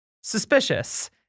suspicious